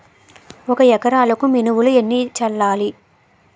ఒక ఎకరాలకు మినువులు ఎన్ని చల్లాలి?